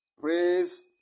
praise